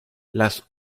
las